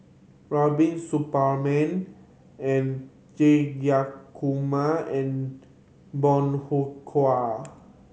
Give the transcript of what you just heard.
Rubiah Suparman and Jayakumar and Bong Hiong Hwa